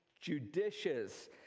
judicious